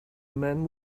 men